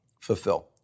fulfill